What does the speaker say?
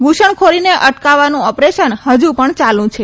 ઘૂષણખોરીને અટકાવવાનું ઓપરેશન હજુ પણ ચાલુ છે